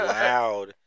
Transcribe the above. loud